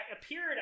appeared